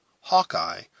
Hawkeye